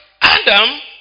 Adam